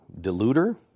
deluder